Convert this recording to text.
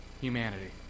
Humanity